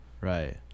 Right